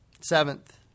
Seventh